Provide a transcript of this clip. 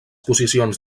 posicions